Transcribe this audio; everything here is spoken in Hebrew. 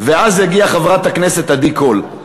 ואז הגיעה חברת הכנסת עדי קול.